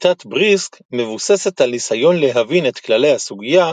שיטת בריסק מבוססת על ניסיון להבין את כללי הסוגיה,